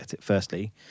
firstly